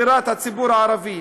בירת הציבור הערבי.